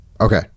okay